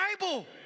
Bible